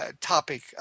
topic